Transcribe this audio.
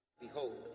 behold